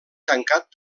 tancat